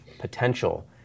Potential